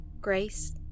Grace